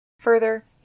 Further